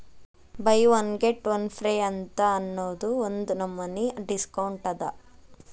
by one get one free ಅಂತ್ ಅನ್ನೂದು ಒಂದ್ ನಮನಿ ಡಿಸ್ಕೌಂಟ್ ಅದ